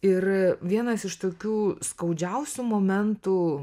ir vienas iš tokių skaudžiausių momentų